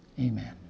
Amen